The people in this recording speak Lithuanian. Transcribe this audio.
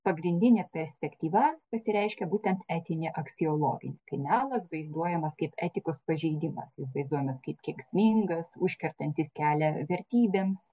pagrindinė perspektyva pasireiškia būtent etinė aksiologinė kai melas vaizduojamas kaip etikos pažeidimas jis vaizduojamas kaip kenksmingas užkertantis kelią vertybėms